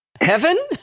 Heaven